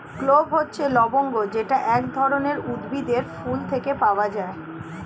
clove হচ্ছে লবঙ্গ যেটা এক ধরনের উদ্ভিদের ফুল থেকে পাওয়া